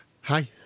Hi